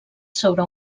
sobre